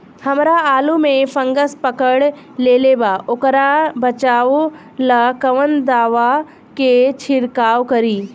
हमरा आलू में फंगस पकड़ लेले बा वोकरा बचाव ला कवन दावा के छिरकाव करी?